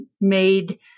made